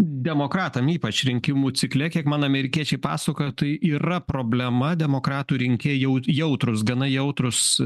demokratam ypač rinkimų cikle kiek man amerikiečiai pasakojo tai yra problema demokratų rinkėjai jau jautrūs gana jautrūs